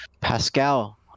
Pascal